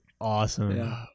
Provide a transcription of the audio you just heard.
awesome